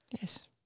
Yes